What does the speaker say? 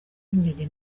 impungenge